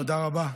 תודה רבה.